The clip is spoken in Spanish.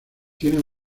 tiene